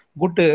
good